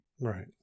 right